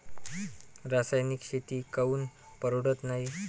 रासायनिक शेती काऊन परवडत नाई?